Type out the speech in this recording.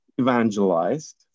evangelized